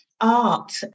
art